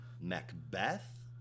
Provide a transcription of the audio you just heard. Macbeth